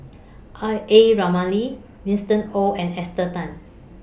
A Ramli Winston Oh and Esther Tan